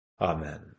Amen